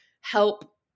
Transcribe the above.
help